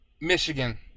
Michigan